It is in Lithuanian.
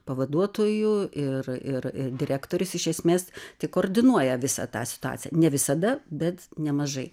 pavaduotojų ir ir direktorius iš esmės tik koordinuoja visą tą situaciją ne visada bet nemažai